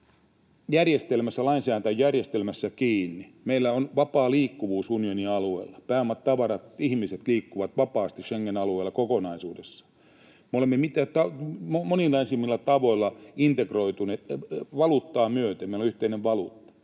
yhteisessä lainsäädäntöjärjestelmässä kiinni. Meillä on vapaa liikkuvuus unionin alueella; pääomat, tavarat, ihmiset liikkuvat vapaasti Schengen-alueella kokonaisuudessaan. Me olemme mitä moninaisimmilla tavoilla integroituneet, valuuttaa myöten, kun meillä on yhteinen valuutta.